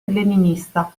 leninista